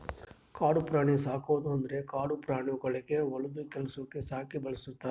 ಕಾಡು ಪ್ರಾಣಿ ಸಾಕದ್ ಅಂದುರ್ ಕಾಡು ಪ್ರಾಣಿಗೊಳಿಗ್ ಹೊಲ್ದು ಕೆಲಸುಕ್ ಸಾಕಿ ಬೆಳುಸ್ತಾರ್